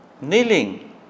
kneeling